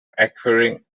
acquiring